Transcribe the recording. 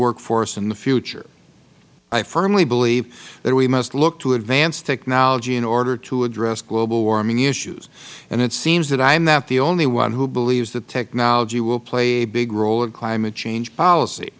workforce in the future i firmly believe that we must look to advance technology in order to address global warming issues and it seems that i am not the only one who believes that technology will play a big role in climate change policy